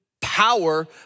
power